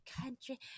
country